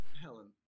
Helen